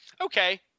Okay